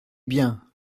bien